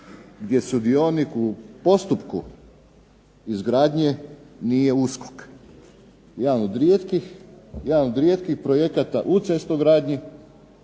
gdje sudionik u postupku izgradnje nije USKOK. Jedan od rijetkih projekata u cestogradnji